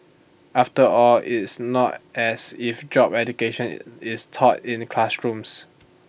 after all it's not as if job education is taught in classrooms